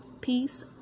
Peace